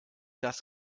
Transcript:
das